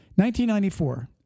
1994